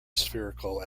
spherical